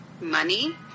money